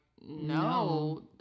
no